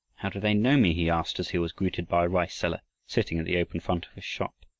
how do they know me? he asked, as he was greeted by a rice-seller, sitting at the open front of his shop.